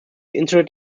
interred